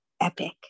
epic